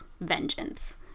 vengeance